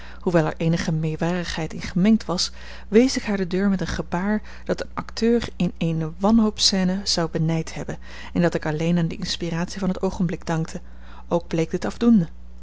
hoewel er eenige meewarigheid in gemengd was wees ik haar de deur met een gebaar dat een acteur in eene wanhoopscène zou benijd hebben en dat ik alleen aan de inspiratie van t oogenblik dankte ook bleek dit afdoende